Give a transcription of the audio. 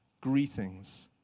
greetings